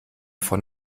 von